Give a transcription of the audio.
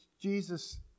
Jesus